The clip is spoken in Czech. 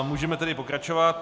Můžeme tedy pokračovat.